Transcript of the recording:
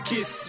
Kiss